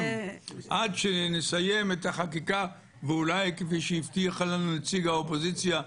עד שנסיים את החקיקה ואולי כפי שהבטיח לנו נציג האופוזיציה,